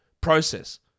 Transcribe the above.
process